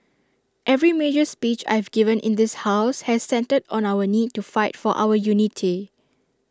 every major speech I've given in this house has centred on our need to fight for our unity